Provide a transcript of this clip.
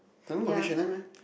down there got H-and-M eh